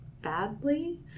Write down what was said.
badly